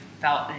felt